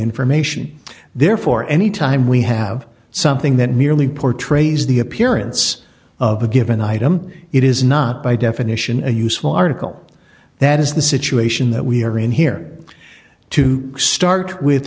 information therefore anytime we have something that merely portrays the appearance of a given item it is not by definition a useful article that is the situation that we are in here to start with